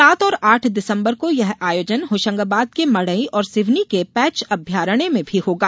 सात और आठ दिसम्बर को यह आयोजन होशंगाबाद के मड़ई और सिवनी के पेंच अभ्यारण्य में भी होगा